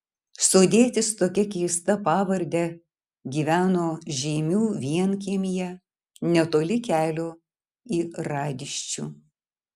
sodietis tokia keista pavarde gyveno žeimių vienkiemyje netoli kelio į radyščių